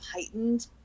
heightened